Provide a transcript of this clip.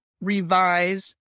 revise